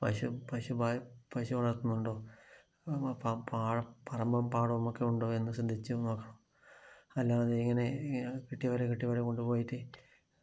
പശു പശു പശു വളർത്തുന്നുണ്ടോ പറമ്പും പാടവും ഒക്കെ ഉണ്ടോ എന്ന് ശ്രദ്ധിച്ചു നോക്കണം അല്ലാതെ ഇങ്ങനെ ഇങ്ങനെ കിട്ടിയവരെ കിട്ടിയവരെ കൊണ്ടു പോയിട്ട്